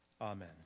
Amen